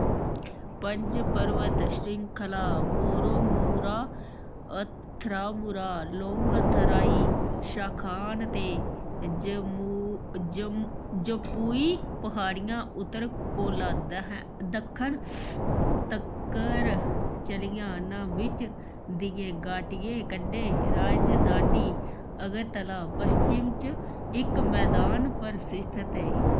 पंज परबत श्रृंखलां बोरोमुरा अथरामुरा लोंगथराई शाखा न ते जम्पुई पहाड़ियां उत्तर कोला दक्खन तक्कर चलदियां न बिच्च दियें घाटियें कन्नै राजधानी अगरतला पश्चिम च इक मैदान पर स्थित ऐ